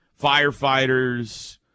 Firefighters